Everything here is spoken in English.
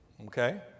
Okay